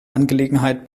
angelegenheit